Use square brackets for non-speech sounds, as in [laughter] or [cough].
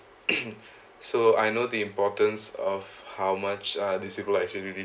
[coughs] so I know the importance of how much are these people actually really